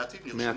מעטים נרשמו.